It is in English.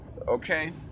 Okay